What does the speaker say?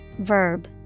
verb